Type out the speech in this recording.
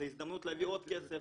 זו הזדמנות להביא עוד כסף.